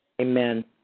Amen